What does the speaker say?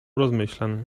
rozmyślań